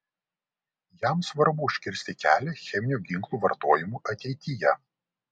jam svarbu užkirsti kelią cheminių ginklų vartojimui ateityje